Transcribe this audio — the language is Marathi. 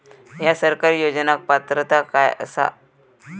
हया सरकारी योजनाक पात्रता काय आसा?